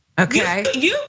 Okay